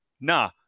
nah